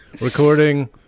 recording